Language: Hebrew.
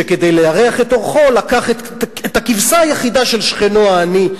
שכדי לארח את אורחו לקח את הכבשה היחידה של שכנו העני,